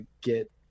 get